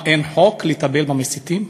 מה, אין חוק לטפל במסיתים?